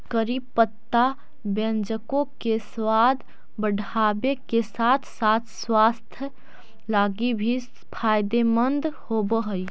करी पत्ता व्यंजनों के सबाद बढ़ाबे के साथ साथ स्वास्थ्य लागी भी फायदेमंद होब हई